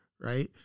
right